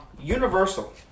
Universal